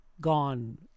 gone